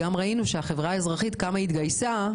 ראינו כמה החברה האזרחית התגייסה,